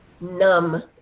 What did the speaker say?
numb